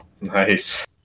Nice